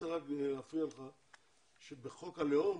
בחוק הלאום